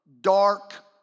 dark